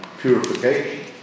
purification